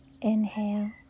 Inhale